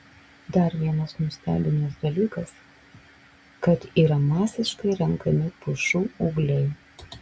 dar vienas nustebinęs dalykas kad yra masiškai renkami pušų ūgliai